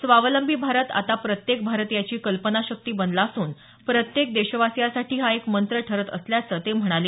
स्वावलंबी भारत आता प्रत्येक भारतीयाची कल्पनाशक्ती बनला असून प्रत्येक देशवासियासाठी हा एक मंत्र ठरत असल्याचं ते म्हणाले